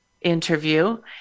interview